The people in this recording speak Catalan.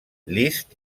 liszt